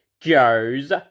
Joe's